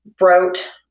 wrote